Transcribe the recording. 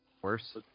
worse